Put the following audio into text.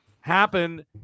happen